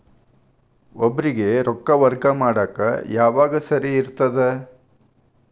ಒಬ್ಬರಿಗ ರೊಕ್ಕ ವರ್ಗಾ ಮಾಡಾಕ್ ಯಾವಾಗ ಸರಿ ಇರ್ತದ್?